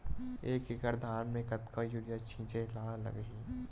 एक एकड़ धान में कतका यूरिया छिंचे ला लगही?